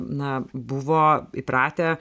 na buvo įpratę